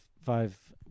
five